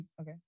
Okay